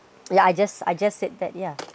yeah I just I just said that yeah